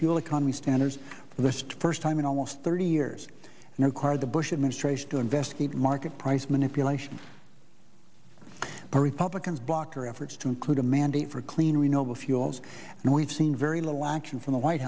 fuel economy standards for the first time in almost thirty years now car the bush administration to investigate market price manipulation but republicans blocked her efforts to include a mandate for clean renewable ules and we've seen very little action from the white